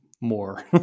more